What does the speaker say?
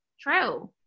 true